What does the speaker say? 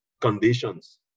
conditions